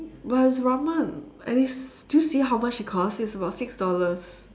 but it's ramen and it's did you see how much it cost it's about six dollars